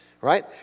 right